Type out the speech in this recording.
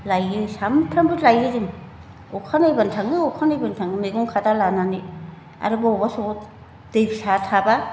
लायो सानफ्रामबो लायो जों अखा नायब्लानो थाङो अखा नायब्लानो थाङो मैगं खादा लानानै आरो बबावबा समाव दै फिसा थाब्ला